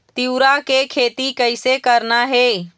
तिऊरा के खेती कइसे करना हे?